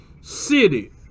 city